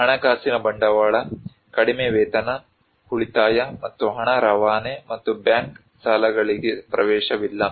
ಹಣಕಾಸಿನ ಬಂಡವಾಳ ಕಡಿಮೆ ವೇತನ ಉಳಿತಾಯ ಮತ್ತು ಹಣ ರವಾನೆ ಮತ್ತು ಬ್ಯಾಂಕ್ ಸಾಲಗಳಿಗೆ ಪ್ರವೇಶವಿಲ್ಲ